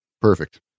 perfect